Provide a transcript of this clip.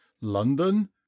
London